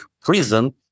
prison